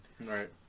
Right